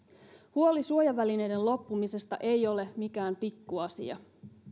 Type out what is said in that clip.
huoli suojavälineiden loppumisesta ei ole mikään pikkuasia